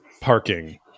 parking